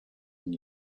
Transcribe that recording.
than